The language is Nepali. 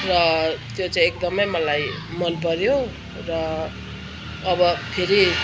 र त्यो चाहिँ एकदमै मलाई मन पऱ्यो र अब फेरि